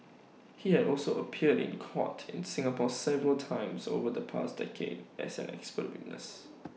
he had also appeared in court in Singapore several times over the past decade as an expert witness